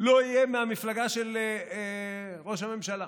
לא יהיה מהמפלגה של ראש הממשלה.